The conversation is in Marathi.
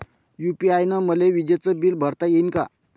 यू.पी.आय न मले विजेचं बिल भरता यीन का?